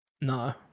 No